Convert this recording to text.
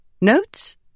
Notes